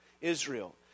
Israel